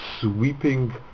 sweeping